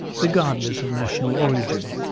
regardless of national origin'.